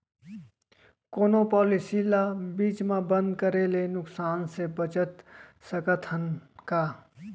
कोनो पॉलिसी ला बीच मा बंद करे ले नुकसान से बचत सकत हन का?